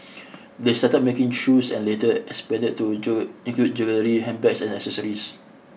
they started making shoes and later expanded to do include jewellery handbags and accessories